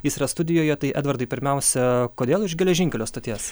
jis yra studijoje tai edvardai pirmiausia kodėl iš geležinkelio stoties